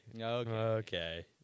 Okay